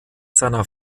seiner